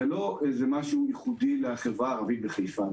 זה לא דבר ייחודי לחברה הערבית בחיפה.